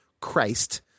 Christ